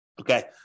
Okay